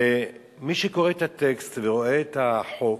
מי שקורא את הטקסט וקורא את החוק,